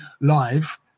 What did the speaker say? live